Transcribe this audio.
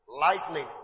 lightning